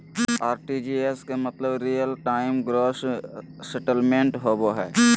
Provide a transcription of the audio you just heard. RTGS के मतलब real time gross settlement होबो हय